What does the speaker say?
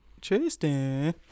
Tristan